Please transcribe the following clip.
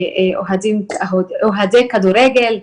אוהדי כדורגל,